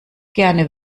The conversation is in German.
gerne